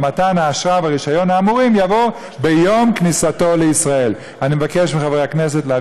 ביום מתן האשרה והרישיון האמורים יבוא: ביום כניסתו לישראל.